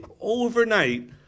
overnight